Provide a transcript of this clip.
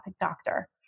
doctor